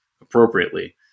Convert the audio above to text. appropriately